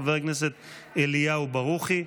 חבר הכנסת אליהו ברוכי,